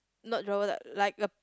not drawer like like a